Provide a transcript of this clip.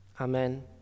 Amen